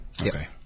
Okay